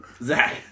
Zach